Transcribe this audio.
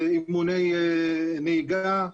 אימוני נהיגה.